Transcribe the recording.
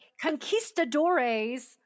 Conquistadores